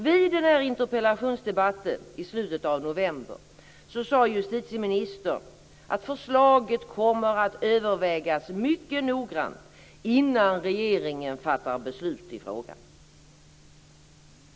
Vid den här interpellationsdebatten i slutet av november sade justitieministern att förslaget kommer att övervägas mycket noggrant innan regeringen fattar beslut i frågan.